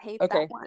okay